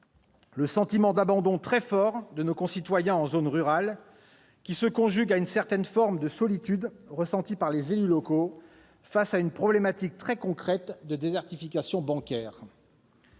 le sentiment d'abandon très fort de nos concitoyens en zone rurale, qui se conjugue à une certaine forme de solitude ressentie par les élus locaux face à un problème très concret de désertification bancaire.